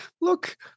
look